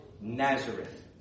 Nazareth